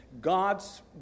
God's